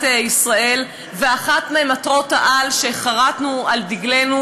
ישראל ואחת ממטרות העל שחרתנו על דגלנו,